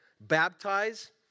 baptize